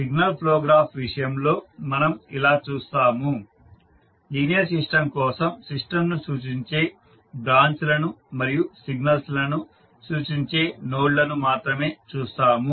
signal flow graph విషయంలో మనం ఇలా చూస్తాము లీనియర్ సిస్టం కోసం సిస్టంను సూచించే బ్రాంచ్ లను మరియు సిగ్నల్స్ లను సూచించే నోడ్లను మాత్రమే చూస్తాము